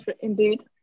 Indeed